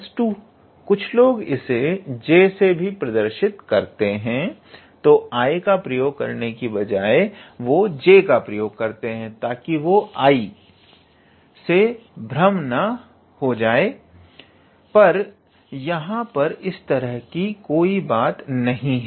कुछ लोग इसे j से भी प्रदर्शित करते हैं तो I का प्रयोग करने की बजाए वो j का प्रयोग करते हैं ताकि I से भ्रम न होजाए पर यहाँ पर इस तरह की कोई बात नहीं हैं